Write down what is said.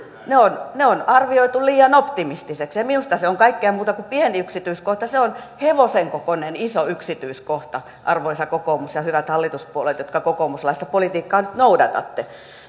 ne on arvioitu liian optimistisiksi minusta se on kaikkea muuta kuin pieni yksityiskohta se on hevosen kokoinen iso yksityiskohta arvoisa kokoomus ja hyvät hallituspuolueet jotka kokoomuslaista politiikkaa nyt noudatatte